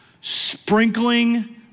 sprinkling